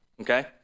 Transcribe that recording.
okay